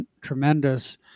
tremendous